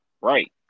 Right